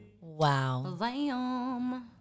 Wow